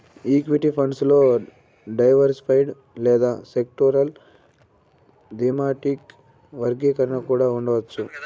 equity funds లో diversified లేదా sectoral, thematic వర్గీకరణ కూడా ఉండవచ్చు